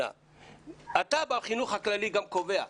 אתה בחינוך הכללי גם קובע.